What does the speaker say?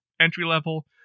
entry-level